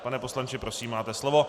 Pane poslanče, prosím, máte slovo.